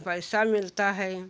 पैसा मिलता है